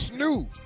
Snoop